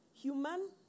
Human